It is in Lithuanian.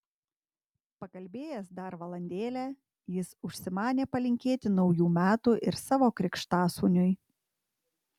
pakalbėjęs dar valandėlę jis užsimanė palinkėti naujų metų ir savo krikštasūniui